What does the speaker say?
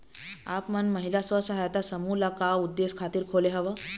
आप मन महिला स्व सहायता समूह ल का उद्देश्य खातिर खोले हँव?